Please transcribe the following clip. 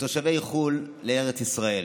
ותושבי חו"ל לארץ ישראל,